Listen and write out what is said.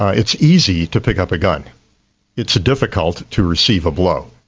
ah it's easy to pick up a gun it's difficult to receive a blow,